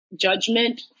judgment